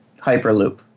Hyperloop